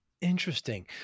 Interesting